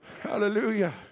Hallelujah